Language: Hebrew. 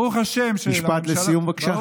ברוך השם שלממשלה, משפט לסיום, בבקשה.